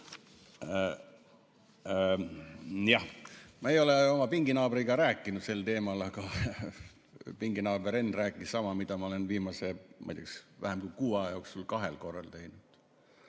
Ma ei ole oma pinginaabriga rääkinud sel teemal, aga pinginaaber Henn rääkis sama, mida ma olen viimase, ma ei tea, vähem kui kuu aja jooksul kahel korral teinud.